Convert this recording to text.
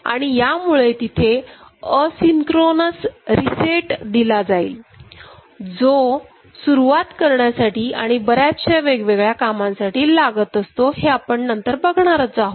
आणि यामुळे तिथे असिंक्रोनस रिसेट दिला जाईल जो सुरुवात करण्यासाठी आणि बर्याचशा वेगवेगळ्या कामांसाठी लागत असतोआपण नंतर बघणारच आहोत